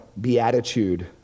beatitude